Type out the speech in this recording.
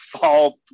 fall